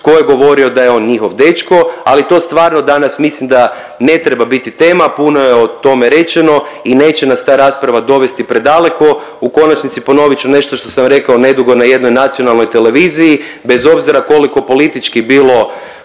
tko je govorio da je on njihov dečko, ali to stvarno danas mislim da ne treba biti tema, puno je o tome rečeno i neće nas ta rasprava dovesti predaleko, u konačnici ponovit ću nešto što sam rekao nedugo na jednoj nacionalnoj televiziji, bez obzira koliko politički bilo